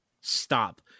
stop